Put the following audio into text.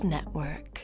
Network